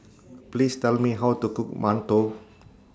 Please Tell Me How to Cook mantou